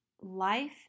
life